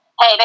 hey